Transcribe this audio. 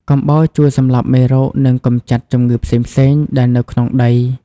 កំបោរជួយសម្លាប់មេរោគ និងកម្ចាត់ជំងឺផ្សេងៗដែលនៅក្នុងដី។